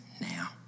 now